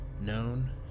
known